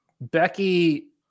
Becky